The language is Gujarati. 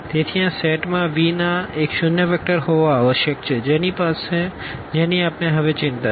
તેથી આ સેટ Vમાં એક શૂન્ય વેક્ટર હોવો આવશ્યક છે જેની આપણે હવે ચિંતા છે